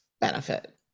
benefit